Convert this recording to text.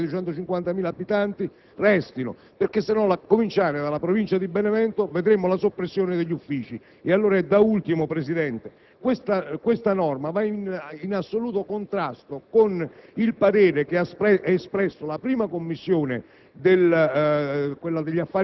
resistere. Lo dico da uomo della Campania, non tanto e non solo perché la mia Provincia di Benevento vedrà eliminati e chiusi gli uffici periferici dell'amministrazione del Ministero dell'economia, ma perché questo accadrà anche ad Agrigento, a Ragusa, a una serie di realtà territoriali.